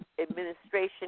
administration